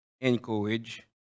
encourage